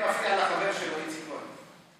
מלכיאלי מפריע לחבר שלו איציק כהן.